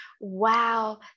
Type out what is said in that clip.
wow